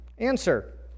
Answer